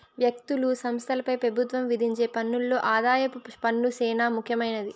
వ్యక్తులు, సంస్థలపై పెబుత్వం విధించే పన్నుల్లో ఆదాయపు పన్ను సేనా ముఖ్యమైంది